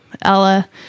Ella